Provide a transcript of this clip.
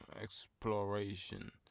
exploration